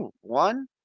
one